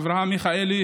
אברהם מיכאלי,